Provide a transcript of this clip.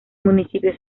municipio